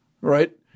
Right